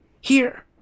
Here